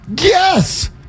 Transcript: Yes